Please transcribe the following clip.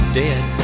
dead